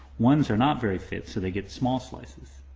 one s are not very fit so they get small slices.